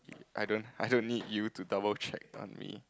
I don't I don't need you to double check on me